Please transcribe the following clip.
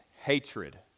hatred